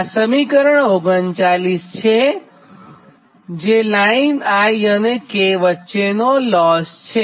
આ સમીકરણ 39 છે જે લાઇન i અને k વચ્ચેનો લોસ છે